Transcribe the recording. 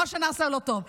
מה שנעשה לא טוב.